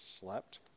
slept